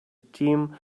tin